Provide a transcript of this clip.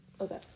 okay